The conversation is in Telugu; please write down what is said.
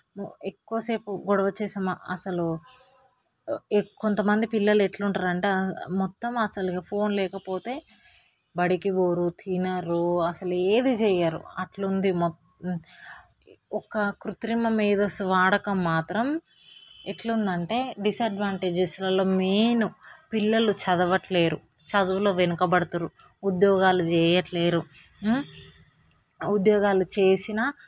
ఎక్కువసేపు గొడవ చేసామా అసలు ఎక్కువ కొంత మంది పిల్లలు ఎట్లా ఉంటారంటే మొత్తం అసలు ఇంకా ఫోన్ లేకపోతే బడికి పోరు తినరు అసలు ఏదీ చేయరు అట్లుంది మొత్తం ఒక కృత్రిమ మేధస్సు వాడకం మాత్రం ఎట్లా ఉంది అంటే డిసడ్వాంటేజెస్ వల్ల మెయిన్ పిల్లలు చదవట్లేదు చదువులో వెనుక పడుతుర్రు ఉద్యోగాలు చెయ్యట్లేదు ఉద్యోగాలు చేసిన